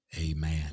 Amen